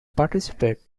participate